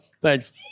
Thanks